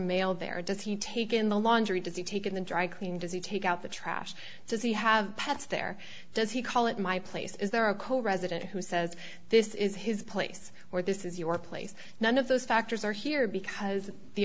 mail there or does he take in the laundry does he take in the dry clean does he take out the trash does he have pets there does he call it my place is there a co resident who says this is his place or this is your place none of those factors are here because the